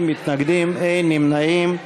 50 מתנגדים, אין נמנעים.